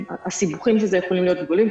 הסיבוכים של זה יכולים להיות גדולים.